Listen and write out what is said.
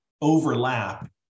overlap